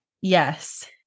yes